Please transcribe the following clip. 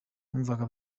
numvaga